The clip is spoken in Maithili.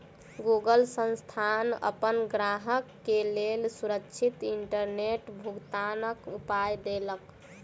गूगल संस्थान अपन ग्राहक के लेल सुरक्षित इंटरनेट भुगतनाक उपाय देलक